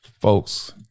Folks